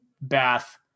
Bath